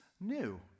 new